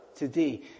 Today